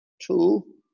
two